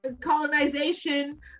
colonization